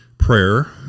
Prayer